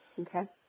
Okay